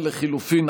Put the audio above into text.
של קבוצת חד"ש-תע"ל.